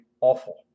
awful